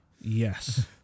yes